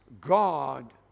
God